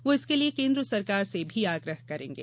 वो इसके लिए केन्द्र सरकार से भी आग्रह करेंगे